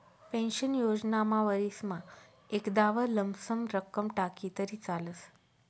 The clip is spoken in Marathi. पेन्शन योजनामा वरीसमा एकदाव लमसम रक्कम टाकी तरी चालस